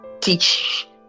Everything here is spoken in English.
teach